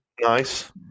Nice